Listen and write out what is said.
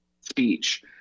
speech